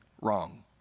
wrong